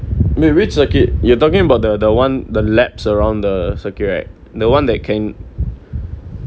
wait which circuit you are talking about the the one the laps around the circuit right the one that can